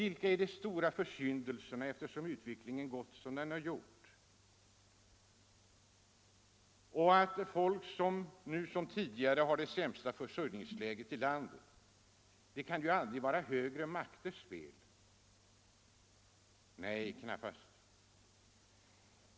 Vilka är de stora försyndelser som gjort att utvecklingen har blivit sådan den blivit, och vad är orsaken till att folket där uppe nu som tidigare har det sämsta försörjningsläget i landet? Det kan ju inte vara högre makters spel.